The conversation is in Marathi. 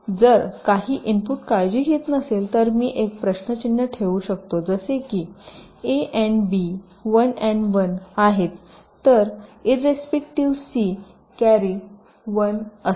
जर काही इनपुट काळजी घेत नसेल तर मी एक प्रश्न चिन्ह ठेवू शकतो जसे की ए आणि बी १ आणि १ आहेत तर इर्रेस्पेक्टिव्ह C कॅरी 1 असेल